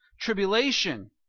tribulation